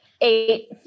Eight